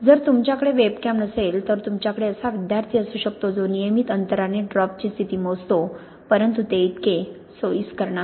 जर तुमच्याकडे वेबकॅम नसेल तर तुमच्याकडे असा विद्यार्थी असू शकतो जो नियमित अंतराने ड्रॉपची स्थिती मोजतो परंतु ते इतके सोयीस्कर नाही